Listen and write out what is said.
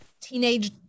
teenage